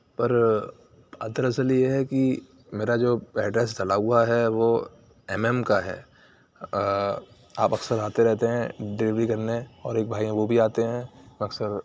پر بات دراصل یہ ہے کہ میرا جو ایڈریس ڈلا ہُوا ہے وہ ایم ایم کا ہے آپ اکثر آتے رہتے ہیں ڈلیوری کرنے اور ایک بھائی ہیں وہ بھی آتے ہیں اکثر